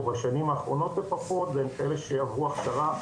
בשנים האחרונות לפחות הם כאלה שעברו הכשרה.